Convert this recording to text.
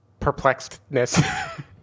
perplexedness